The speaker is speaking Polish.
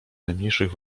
najmniejszych